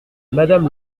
madame